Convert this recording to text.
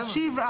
אה, תשיב?